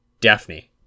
Daphne